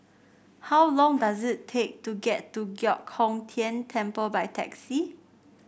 how long does it take to get to Giok Hong Tian Temple by taxi